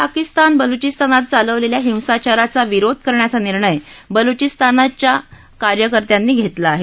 पाकिस्तानन बलुचिस्तानात चालवलेल्या हिंसाचाराचा विरोध करण्याचा निर्णय बलुचिस्तानच्या कार्यकर्त्यांनी घेतला आहे